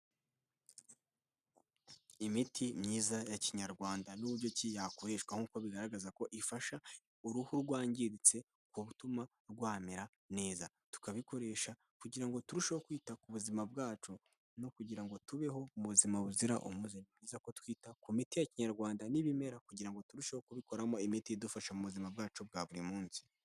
Imiti myiza ya kinyarwanda n'uburyo ki yakoreshwa nkuko bigaragaza ko ifasha uruhu rwangiritse kugutuma rwamera neza, tukabikoresha kugira turusheho kwita ku buzima bwacu no kugira ngo tubeho mu buzima buzira umuze, ni byiza ko twita ku miti ya kinyarwanda n'ibimera kugira ngo turusheho kubikoramo imiti idufasha mu buzima bwacu bwa buri munsi.